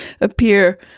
appear